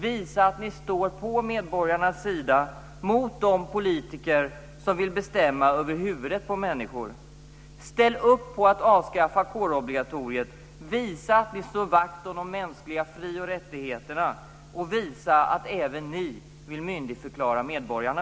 Visa att ni står på medborgarnas sida mot de politiker som vill bestämma över huvudet på människor! Ställ upp på att avskaffa kårobligatoriet! Visa att ni slår vakt om de mänskliga fri och rättigheterna och visa att även ni vill myndigförklara medborgarna!